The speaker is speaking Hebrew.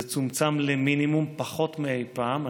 זה צומצם למינימום, פחות מאי פעם.